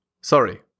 Sorry